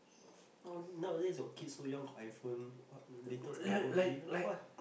now nowadays your kids so young got iPhone what latest iPhone already !walao! what